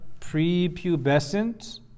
prepubescent